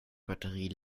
batterie